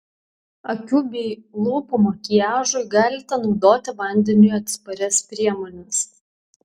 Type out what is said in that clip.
akių bei lūpų makiažui galite naudoti vandeniui atsparias priemones